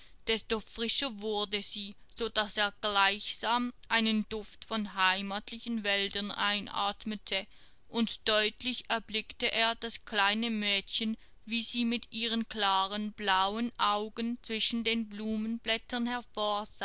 desto frischer wurde sie sodaß er gleichsam einen duft von den heimatlichen wäldern einatmete und deutlich erblickte er das kleine mädchen wie sie mit ihren klaren blauen augen zwischen den blumenblättern